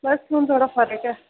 बस हून थोह्ड़ा फर्क ऐ